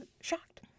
shocked